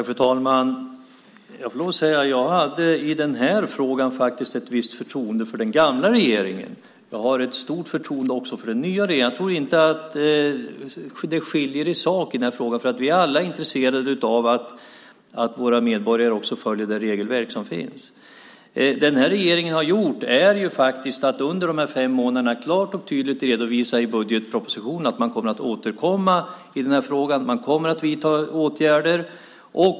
Fru talman! Jag hade i den här frågan faktiskt ett visst förtroende för den gamla regeringen. Jag har också ett stort förtroende för den nya regeringen. Jag tror inte att vi skiljer oss åt i sak i den här frågan, för vi är alla intresserade av att våra medborgare följer det regelverk som finns. Vad regeringen har gjort under de här fem månaderna är att man klart och tydligt har aviserat i budgetpropositionen att man återkommer i den här frågan och kommer att vidta åtgärder.